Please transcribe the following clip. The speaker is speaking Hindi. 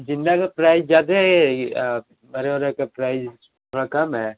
ज़िंदा का प्राइज ज़्यादा है मरे वाले का प्राइज थोड़ा कम है